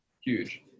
Huge